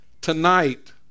tonight